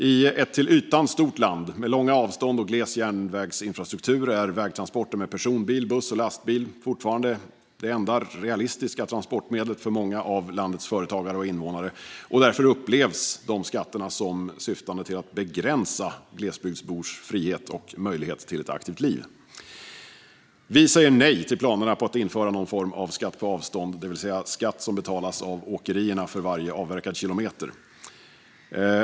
I ett till ytan stort land med långa avstånd och gles järnvägsinfrastruktur är vägtransporter med personbil, buss och lastbil fortfarande de enda realistiska transportmedlen för många av landets företagare och invånare, och därför upplevs de skatterna som syftande till att begränsa glesbygdsbors frihet och möjlighet till ett aktivt liv. Vi säger nej till planerna på att införa någon form av skatt på avstånd, det vill säga skatt som betalas av åkerierna för varje avverkad kilometer.